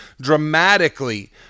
dramatically